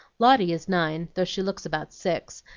lotty is nine, though she looks about six,